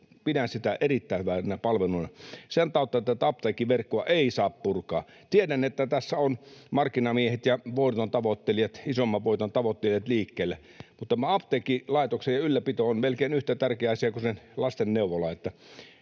Pidän sitä erittäin hyvänä palveluna. Sen tautta tätä apteekkiverkkoa ei saa purkaa. Tiedän, että tässä ovat markkinamiehet ja isomman voiton tavoittelijat liikkeellä, mutta tämä apteekkilaitoksen ylläpito on melkein yhtä tärkeä asia kuin lastenneuvola.